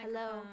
hello